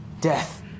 Death